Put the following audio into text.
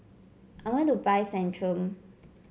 I want to buy Centrum